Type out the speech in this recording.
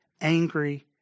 angry